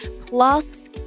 plus